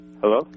Hello